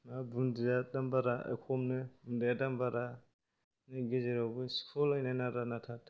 माबा बुन्दिआ दाम बारा खमनो बुन्दाया दाम बारा गेजेरावबो सिख'लायनाय नारा नाथा